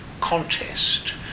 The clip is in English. contest